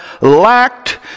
lacked